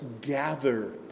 gather